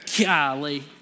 Golly